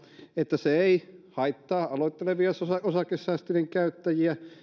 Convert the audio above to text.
että se ei haittaa aloittelevia osakesäästötilin käyttäjiä